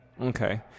Okay